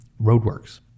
Roadworks